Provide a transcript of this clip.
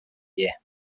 year